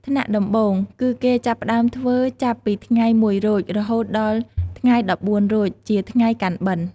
ថ្នាក់ដំបូង គឺគេចាប់ផ្ដើមធ្វើចាប់ពីថ្ងៃ ១រោច រហូតដល់ថ្ងៃ១៤រោច ជាថ្ងៃកាន់បិណ្ឌ។